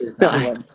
No